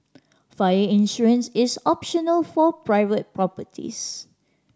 fire insurance is optional for private properties